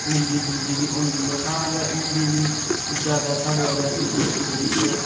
मिलदी जुलदी बी होंदी ऐ तां गै हिंदी बी कि ज्यादा साढ़ी रेयासी डिस्ट्रिक्ट बिच्च